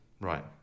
Right